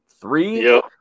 three